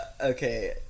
okay